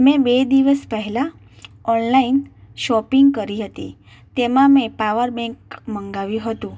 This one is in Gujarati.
મેં બે દિવસ પહેલાં ઓનલાઇન શોપિંગ કરી હતી તેમાં મેં પાવર બેંક મંગાવ્યું હતું